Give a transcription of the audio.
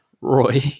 Roy